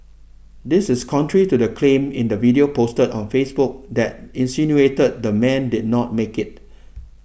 this is contrary to the claim in the video posted on Facebook that insinuated the man did not make it